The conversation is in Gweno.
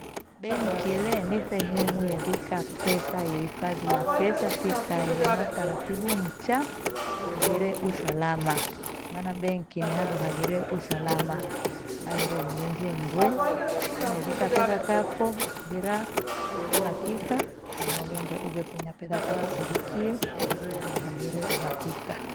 Benki le ni sehemu yevika pesa yehifathiya pesa tikahe na utaratibu mcha ughire usalama. Maana benki ni handu haghire usalama, haghire uninzi mrwe huruma evika pesa thafo ukighira uhakika kana ughende ughefunya pesa tafo kuvikie handu haghire uhakika